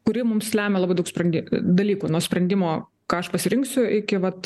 kuri mums lemia labai daug sprendimų dalykų nuo sprendimo ką aš pasirinksiu iki vat